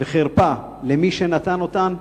וחרפה למי שנתן אותן,